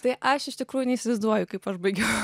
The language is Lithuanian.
tai aš iš tikrųjų neįsivaizduoju kaip aš baigiau